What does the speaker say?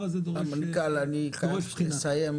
המנכ"ל אני חייב שתסיים.